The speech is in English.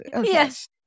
yes